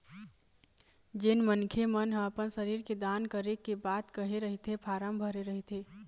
जेन मनखे मन ह अपन शरीर के दान करे के बात कहे रहिथे फारम भरे रहिथे